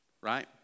right